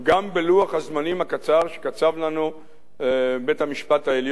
בלוח הזמנים הקצר שקצב לנו בית-המשפט העליון